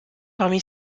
parmi